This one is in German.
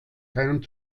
keinen